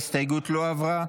ההסתייגות לא עברה.